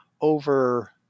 over